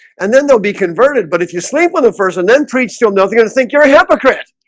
and then they'll be converted. but if you sleep with a first and then treat still nothing, i think you're a hypocrite